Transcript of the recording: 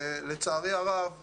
לא, גם לפני קריאה ראשונה.